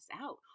out